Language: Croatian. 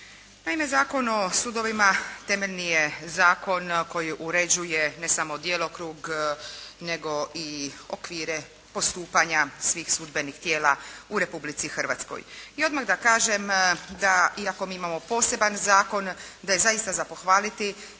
Naime Zakon o sudovima temeljni je zakon koji uređuje ne samo djelokrug nego i okvire postupanja svih sudbenih tijela u Republici Hrvatskoj. I odmah da kažem da iako mi imamo poseban zakon da je zaista za pohvaliti da evo